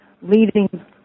leading